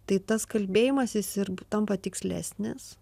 tai tas kalbėjimasis ir tampa tikslesnis